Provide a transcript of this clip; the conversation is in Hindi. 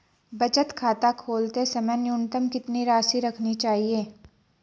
बचत खाता खोलते समय न्यूनतम कितनी राशि रखनी चाहिए?